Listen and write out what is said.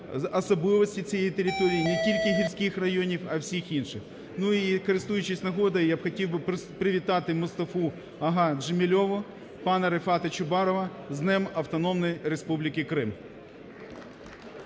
особливості цієї території, не тільки гірських районів, а всіх інших. Ну, і користуючись нагодою, я хотів би привітати Мустафу-ага Джемілєва, пана Рефата Чубарова з Днем Автономної Республіки Крим.